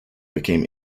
became